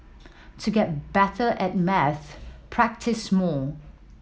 to get better at maths practise more